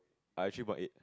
I three point eight